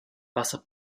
passa